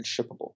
Shippable